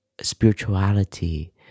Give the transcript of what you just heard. spirituality